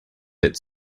its